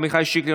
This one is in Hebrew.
עמיחי שיקלי,